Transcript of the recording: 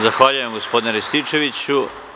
Zahvaljujem, gospodine Rističeviću.